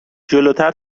جلوتر